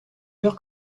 peur